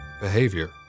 behavior